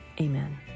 amen